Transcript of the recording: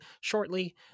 shortly